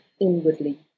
inwardly